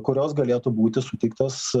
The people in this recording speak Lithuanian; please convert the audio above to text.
kurios galėtų būti suteiktos